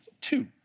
Two